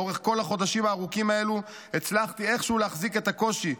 לאורך כל החודשים הארוכים האלו הצלחתי איכשהו להחזיק את הקושי,